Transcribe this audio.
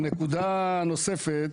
נקודה נוספת,